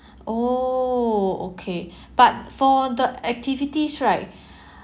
oh okay but for the activities right